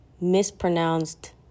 mispronounced